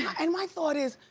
and my thought is,